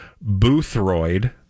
Boothroyd